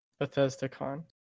BethesdaCon